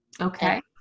okay